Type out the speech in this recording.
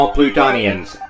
Plutonians